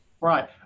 Right